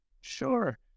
Sure